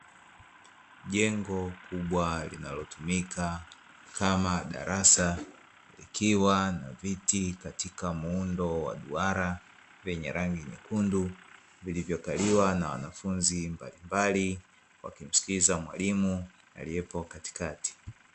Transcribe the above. Jengo kubwa linalotumika kama darasa likiwa na viti katika muundo wa duara vyenye rangi nyekundu, vilivyokaliwa na wanafunzi mbalimbali wakimsikiliza mwalimu aliyepo katikati.